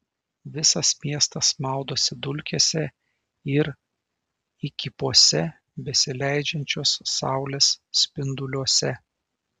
visas miestas maudosi dulkėse ir įkypuose besileidžiančios saulės spinduliuose